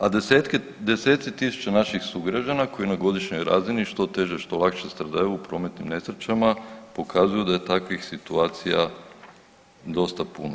A deseci tisuća naših sugrađana koji na godišnjoj razini što teže, što lakše stradavaju u prometnim nesrećama pokazuju da je takvih situacija dosta puno.